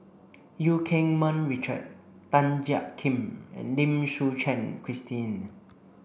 Eu Keng Mun Richard Tan Jiak Kim and Lim Suchen Christine